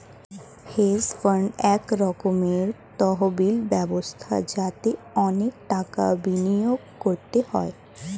hedge fund এক রকমের তহবিল ব্যবস্থা যাতে অনেক টাকা বিনিয়োগ করতে হয়